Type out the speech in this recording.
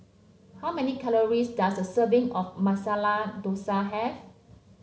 how many calories does a serving of Masala Dosa have